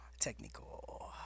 Technical